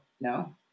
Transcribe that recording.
no